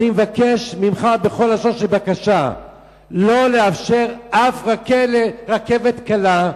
אני מבקש ממך בכל לשון של בקשה שלא לאפשר אף רכבת קלה,